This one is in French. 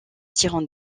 tirant